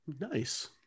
Nice